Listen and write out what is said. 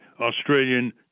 Australian